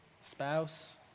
spouse